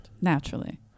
naturally